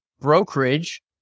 brokerage